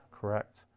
Correct